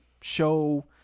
show